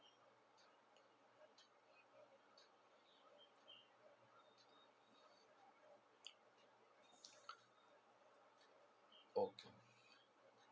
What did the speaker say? oh